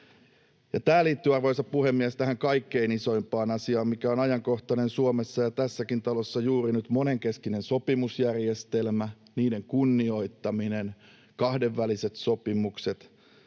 Tämä liittyy, arvoisa puhemies, tähän kaikkein isoimpaan asiaan, mikä on ajankohtainen Suomessa ja tässäkin talossa juuri nyt, monenkeskinen sopimusjärjestelmä, sen kunnioittaminen, kahdenväliset sopimukset,